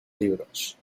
libros